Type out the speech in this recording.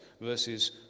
verses